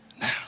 now